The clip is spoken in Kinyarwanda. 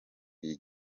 iyi